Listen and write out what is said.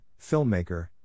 filmmaker